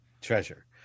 treasure